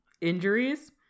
injuries